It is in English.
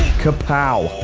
ka-pow!